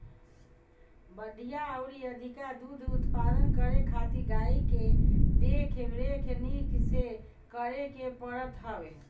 बढ़िया अउरी अधिका दूध उत्पादन करे खातिर गाई के देख रेख निक से करे के पड़त हवे